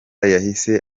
yahise